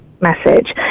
message